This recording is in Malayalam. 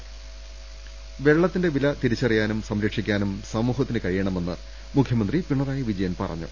രദേഷ്ടങ വെള്ളത്തിന്റെ വില തിരിച്ചറിയാനും സംരക്ഷിക്കാനും സമൂഹത്തിന് കഴിയണമെന്ന് മുഖ്യമന്ത്രി പിണറായി വിജയൻ പറഞ്ഞു